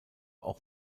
auch